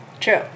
True